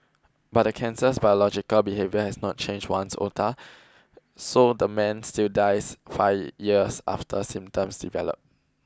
but the cancer's biological behaviour has not changed ones iota so the man still dies five years after symptoms develop